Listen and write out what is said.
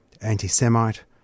anti-Semite